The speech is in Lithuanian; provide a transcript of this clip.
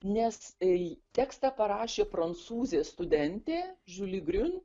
nes į tekstą parašė prancūzė studentė žiuli griun